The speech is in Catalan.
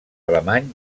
alemany